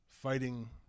fighting